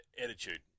Attitude